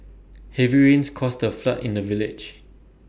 heavy rains caused A flood in the village